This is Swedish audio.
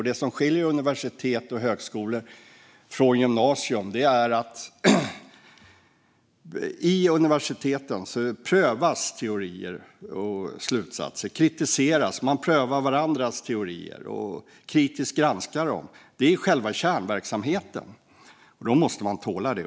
Det som skiljer universitet och högskolor från gymnasieskolor är att på universiteten prövas teorier och slutsatser. De kritiseras, och man prövar varandras teorier och granskar dem kritiskt. Det är själva kärnverksamheten, och det här måste man tåla.